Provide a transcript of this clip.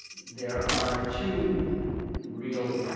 there are two real